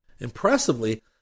Impressively